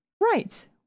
right